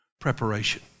Preparation